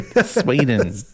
Sweden